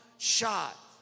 shot